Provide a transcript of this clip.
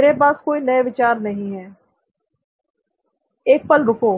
मेरे पास कोई नए विचार नहीं है एक पल रुको